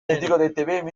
denik